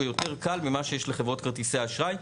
יותר קל ממה שיש לחברות כרטיסי האשראי?